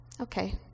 Okay